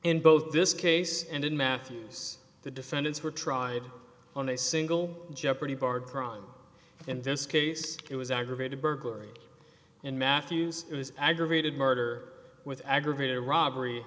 in both this case and in matthew's the defendants were tried on a single jeopardy barred crime in this case it was aggravated burglary in matthew's aggravated murder with aggravated robbery